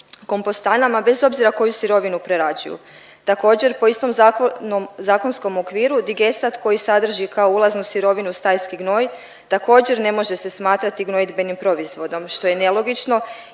kompostanama bez obzira koju sirovinu prerađuju. Također, po istom zakonskom okviru, digestat koji sadrži kao ulaznu sirovinu u stajski gnoj, također, ne može se smatrati gnojidbenim proizvodom, što je nelogično